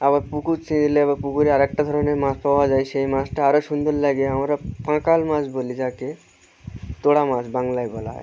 আবার পুকুর ছেঁচলে আবার পুকুরে আর একটা ধরনের মাছ পাওয়া যায় সেই মাছটা আরও সুন্দর লাগে আমরা পাঁকাল মাছ বলি যাকে তোড়া মাছ বাংলায় বলা হয়